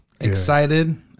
excited